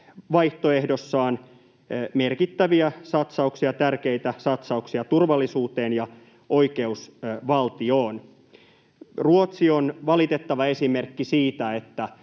vaihtoehdossaan merkittäviä ja tärkeitä satsauksia turvallisuuteen ja oikeusvaltioon. Ruotsi on valitettava esimerkki siitä, mitä